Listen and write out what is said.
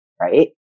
right